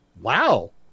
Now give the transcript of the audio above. wow